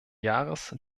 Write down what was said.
jahres